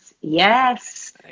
Yes